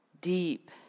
deep